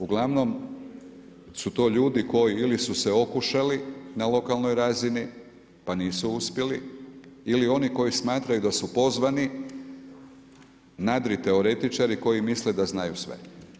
Uglavnom su to ljudi koji ili su se okušali na lokalnoj razini pa nisu uspjeli ili oni koji smatraju da su pozvani nadriteoretičari koji misle da znaju sve.